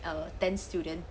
err ten student